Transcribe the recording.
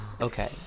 Okay